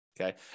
Okay